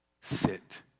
sit